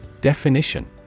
Definition